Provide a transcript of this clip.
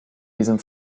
diesem